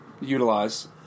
utilize